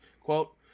Quote